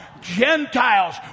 Gentiles